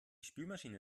spülmaschine